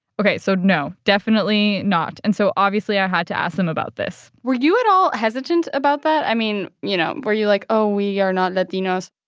ok, so no, definitely not. and so obviously i had to ask them about this were you at all hesitant about that? i mean, you know, were you like, oh, we are not latinos?